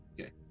okay